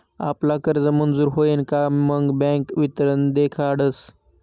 आपला कर्ज मंजूर व्हयन का मग बँक वितरण देखाडस